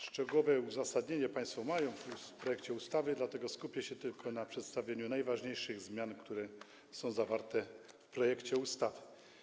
Szczegółowe uzasadnienie mają państwo w projekcie ustawy, dlatego skupię się tylko na przedstawieniu najważniejszych zmian, które są zawarte w projekcie ustawy.